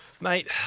mate